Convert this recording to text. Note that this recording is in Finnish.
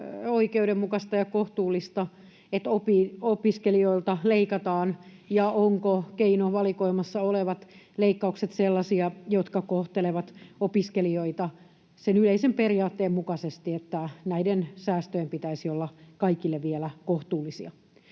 oikeudenmukaista ja kohtuullista, että opiskelijoilta leikataan, ja ovatko keinovalikoimassa olevat leikkaukset sellaisia, jotka kohtelevat opiskelijoita sen yleisen periaatteen mukaisesti, että näiden säästöjen pitäisi olla kaikille vielä kohtuullisia?